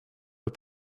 but